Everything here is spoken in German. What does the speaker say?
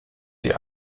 die